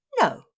No